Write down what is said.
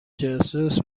جاسوس